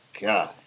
God